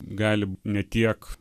gali ne tiek